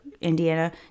Indiana